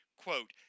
quote